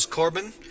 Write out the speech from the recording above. Corbin